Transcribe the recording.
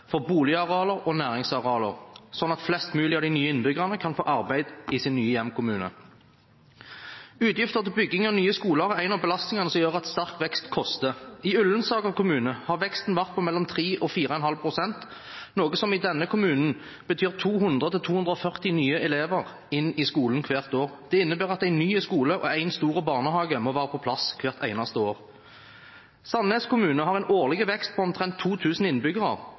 for boligarealer og næringsarealer, slik at flest mulig av de nye innbyggerne kan få arbeid i sin nye hjemkommune. Utgifter til bygging av nye skoler er en av belastningene som gjør at sterk vekst koster. I Ullensaker kommune har veksten vært på mellom 3 og 4,5 pst., noe som i denne kommunen betyr 200–240 nye elever inn i skolen hvert år. Det innebærer at én ny skole og én stor barnehage må være på plass hvert eneste år. Sandnes kommune har en årlig vekst på omtrent 2 000 innbyggere,